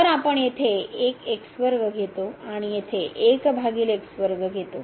तर आपण येथे 1 घेतो आणि येथे 1 भागिले घेतो